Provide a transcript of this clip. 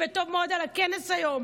וטוב מאוד על הכנס היום,